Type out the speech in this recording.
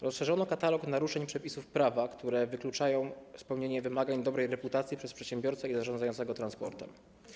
Rozszerzono katalog naruszeń przepisów prawa, które wykluczają spełnienie wymagań dobrej reputacji przez przedsiębiorcę i zarządzającego transportem.